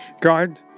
God